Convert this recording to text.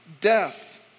death